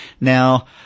Now